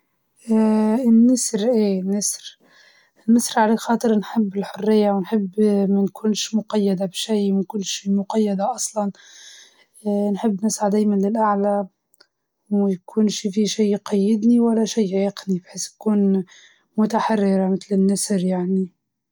الحيوان اللي يمثلني هو الطائر لإني نحب الحرية والتجربة، ونميل ديما للتطوير والنمو، زي ما نحب نكتشف نتعلم ونتقدم في حياتي.